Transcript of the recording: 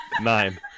nine